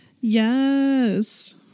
Yes